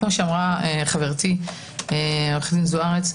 כפי אמרה חברתי עו"ד זו-ארץ,